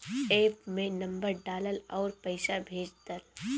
app में number डालअ अउरी पईसा भेज दअ